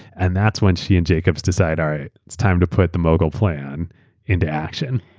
and that's when she and jacobs decide all right, it's time to put the mogul plan into action.